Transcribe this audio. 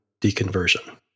deconversion